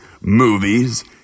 movies